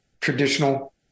traditional